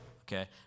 okay